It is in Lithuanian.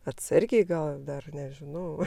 atsargiai gal dar nežinau